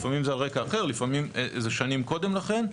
לפעמים זה על רקע אחר לפעמים זה שנים קודם לכן.